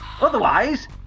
otherwise